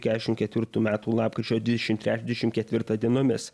kešim ketvirtų metų lapkričio dvidešim treč dvidešim ketvirtą dienomis